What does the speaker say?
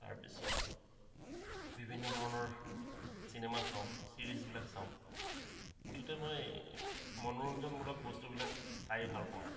তাৰ পিছত বিভিন্ন ধৰণৰ চিনেমা চাওঁ চিৰিজবিলাক চাওঁ মুঠতে মই মনোৰঞ্জনমূলক বস্তুবিলাক চাই ভাল পাওঁ